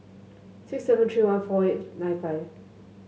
six seven three one four eight nine five